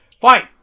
fight